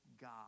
God